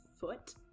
foot